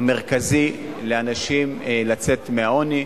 המרכזי לאנשים לצאת מהעוני,